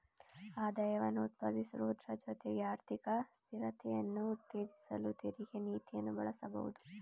ಆದಾಯವನ್ನ ಉತ್ಪಾದಿಸುವುದ್ರ ಜೊತೆಗೆ ಆರ್ಥಿಕ ಸ್ಥಿರತೆಯನ್ನ ಉತ್ತೇಜಿಸಲು ತೆರಿಗೆ ನೀತಿಯನ್ನ ಬಳಸಬಹುದು